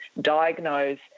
diagnose